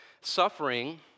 suffering